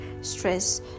stress